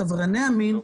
את עברייני המין,